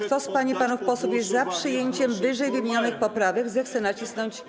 Kto z pań i panów posłów jest za przyjęciem ww. poprawek, zechce nacisnąć przycisk.